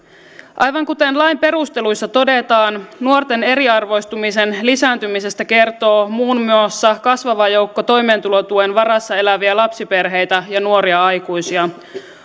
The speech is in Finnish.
aivan kuten lain perusteluissa todetaan nuorten eriarvoistumisen lisääntymisestä kertoo muun muassa kasvava joukko toimeentulotuen varassa eläviä lapsiperheitä ja nuoria aikuisia